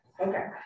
Okay